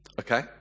okay